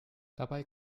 dabei